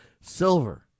silver